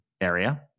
area